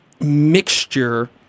mixture